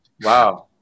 Wow